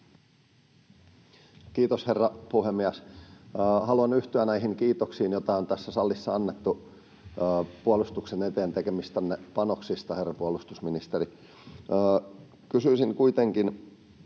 Kiitos, herra puhemies! Haluan yhtyä näihin kiitoksiin, joita on tässä salissa annettu puolustuksen eteen tekemistänne panoksista, herra puolustusministeri.